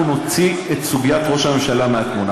נוציא את סוגיית ראש הממשלה מהתמונה,